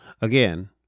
Again